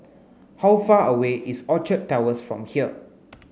how far away is Orchard Towers from here